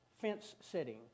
fence-sitting